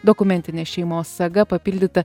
dokumentinė šeimos saga papildyta